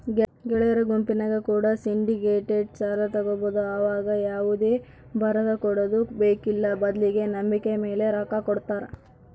ಗೆಳೆಯರ ಗುಂಪಿನ್ಯಾಗ ಕೂಡ ಸಿಂಡಿಕೇಟೆಡ್ ಸಾಲ ತಗಬೊದು ಆವಗ ಯಾವುದೇ ಬರದಕೊಡದು ಬೇಕ್ಕಿಲ್ಲ ಬದ್ಲಿಗೆ ನಂಬಿಕೆಮೇಲೆ ರೊಕ್ಕ ಕೊಡುತ್ತಾರ